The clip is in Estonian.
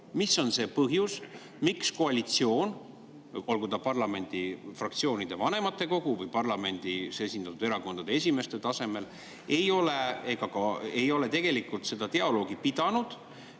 mis on see põhjus, miks koalitsioon, olgu parlamendifraktsioonide, vanematekogu või parlamendis esindatud erakondade esimeeste tasemel, ei ole tegelikult dialoogi pidanud?